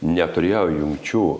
neturėjo jungčių